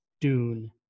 Dune